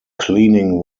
cleaning